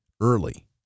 early